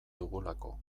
dugulako